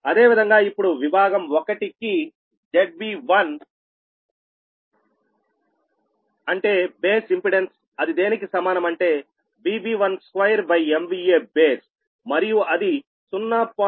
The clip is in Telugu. అదేవిధంగా ఇప్పుడు విభాగం 1 కిZB1 అంటే బేస్ ఇంపెడెన్స్ అది దేనికి సమానం అంటే VB12MVA base మరియు అది 0